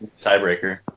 Tiebreaker